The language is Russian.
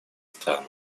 странам